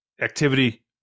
activity